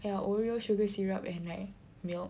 ya oreo sugar syrup and like milk